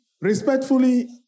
respectfully